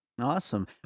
Awesome